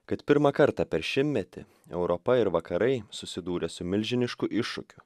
kad pirmą kartą per šimtmetį europa ir vakarai susidūrė su milžinišku iššūkiu